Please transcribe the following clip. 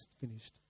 finished